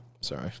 Sorry